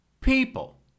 people